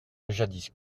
jadis